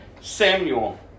Samuel